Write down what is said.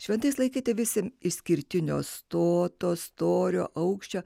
šventais laikyti visi išskirtinio stoto storio aukščio